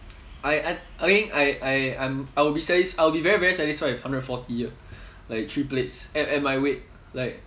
I I I think I I I'm I will be satis~ I will be very very satisfied with hundred forty ah like three plates at at my weight like